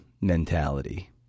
mentality